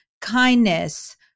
kindness